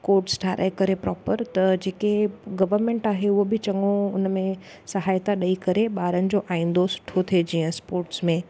quotes ठाराइ करे proper त जेके गवर्मेंट आहे उहो बि चङो उनमें सहायता ॾई करे ॿारनि जो आईंदो सुठो थे जीअं स्पोर्ट्स में